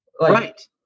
Right